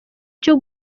cyo